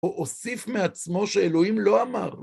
הוא אוסיף מעצמו שאלוהים לא אמר.